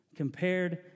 Compared